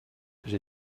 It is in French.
j’ai